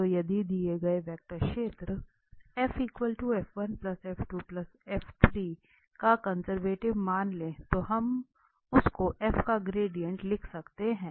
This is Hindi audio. तो यदि दिए गए वेक्टर क्षेत्र को कंजर्वेटिव मान लें तो हम हम उसको f का ग्रेडिएंट लिख सकते हैं